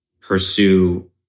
pursue